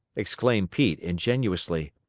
exclaimed pete, ingenuously.